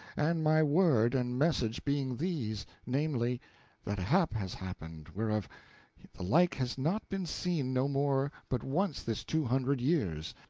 and my word and message being these, namely that a hap has happened whereof the like has not been seen no more but once this two hundred years,